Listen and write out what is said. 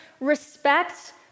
respect